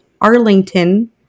Arlington